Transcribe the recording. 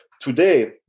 Today